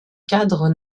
cadre